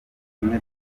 tumwe